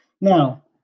Now